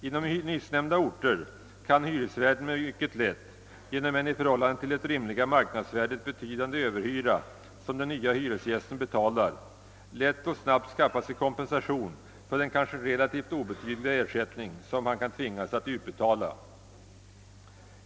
Inom nyssnämnda orter kan hyresvärden genom en i förhållande till det rimliga marknadsvärdet betydande överhyra, som den nya hyresgästen betalar, lätt och snabbt skaffa sig kompensation för den kanske relativt obetydliga ersättning som han kan tvingas att utbetala.